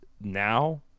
now